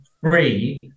free